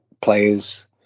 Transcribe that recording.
players